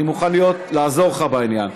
אני מוכן לעזור לך בעניין,